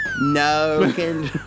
No